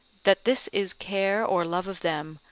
that this is care or love of them,